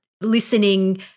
listening